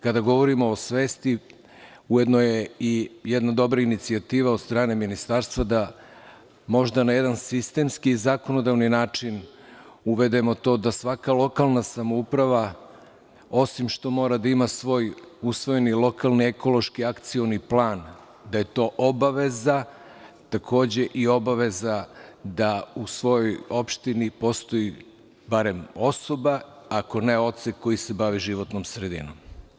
Kada govorimo o svesti, ujedno je i jedna dobra inicijativa od strane Ministarstva da možda na jedan sistemski i zakonodavni način uvedemo to da svaka lokalna samouprava osim što mora da ima svoj usvojeni lokalni ekološki akcioni plan, da je to obaveza, a takođe i obaveza da u svojoj opštini postoji barem osoba, ako ne odsek, koja se bavi životnom sredinom.